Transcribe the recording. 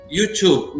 youtube